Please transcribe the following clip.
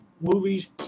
movies